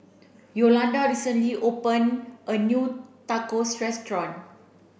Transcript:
Yolonda recently open a new Tacos restaurant